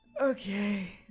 Okay